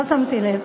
לא שמתי לב.